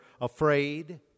afraid